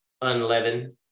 unleavened